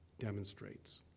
demonstrates